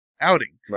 outing